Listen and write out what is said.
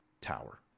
tower